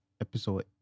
Episode